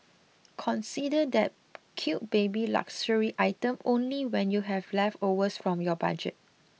consider that cute baby luxury item only when you have leftovers from your budget